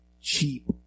cheap